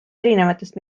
erinevatest